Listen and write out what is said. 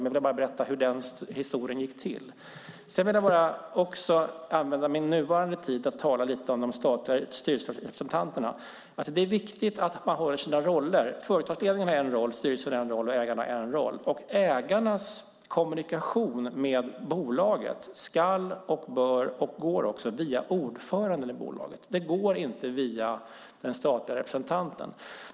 Jag ville bara berätta hur det hela gick till. Jag vill också säga något om de statliga styrelserepresentanterna. Det är viktigt att man håller på sina roller. Företagsledningen har sin roll, styrelsen har sin roll och ägarna har sin. Ägarnas kommunikation med bolaget ska gå, och går också, via ordföranden i bolaget. Den går inte via den statliga representanten.